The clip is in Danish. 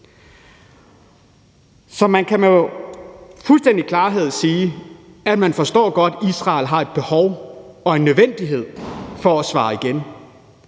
Så man kan med fuldstændig klarhed sige, at man godt forstår, at Israel har et behov for og en nødvendighed af at svare igen.